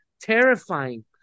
terrifying